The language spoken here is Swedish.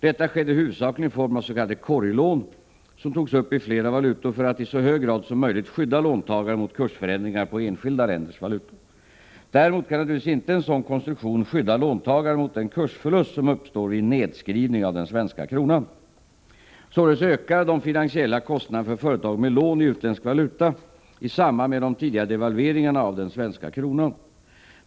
Detta skedde huvudsakligen i form av s.k. korglån, som togs upp i flera valutor för att i så hög grad som möjligt skydda låntagaren mot kursförändringar på enskilda länders valutor. Däremot kan naturligtvis inte en sådan konstruktion skydda låntagaren mot den kursförlust som uppstår vid en nedskrivning av den svenska kronan. Således ökade de finansiella kostnaderna för företag med lån i utländsk valuta i samband med de tidigare devalveringarna av den svenska kronan.